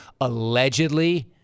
allegedly